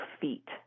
feet